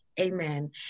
Amen